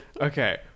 Okay